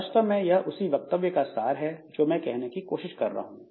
वास्तव में यह उसी वक्तव्य का सार है जो मैं कहने की कोशिश कर रहा हूं